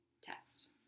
Text